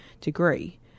degree